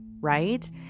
right